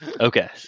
Okay